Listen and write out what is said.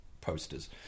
posters